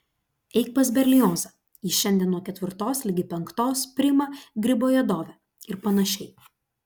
eik pas berliozą jis šiandien nuo ketvirtos ligi penktos priima gribojedove ir panašiai